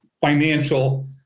financial